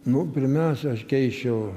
nu pirmiausia aš keisčiau